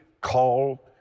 call